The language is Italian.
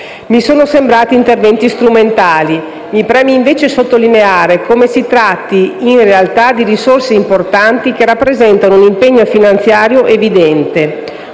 Mi sono sembrati interventi strumentali. Mi preme invece sottolineare come si tratti, in realtà, di risorse importanti che rappresentano un impegno finanziario evidente.